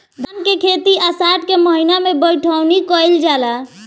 धान के खेती आषाढ़ के महीना में बइठुअनी कइल जाला?